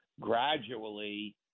gradually